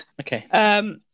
Okay